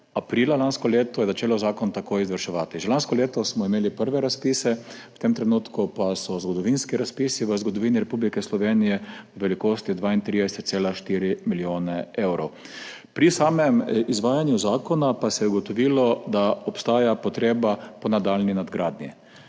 aprila lansko leto, je začelo zakon takoj izvrševati. Že lansko leto smo imeli prve razpise, v tem trenutku pa so zgodovinski razpisi v zgodovini Republike Slovenije v velikosti 32,4 milijona evrov. Pri samem izvajanju zakona pa se je ugotovilo, da obstaja potreba po nadaljnji nadgradnji.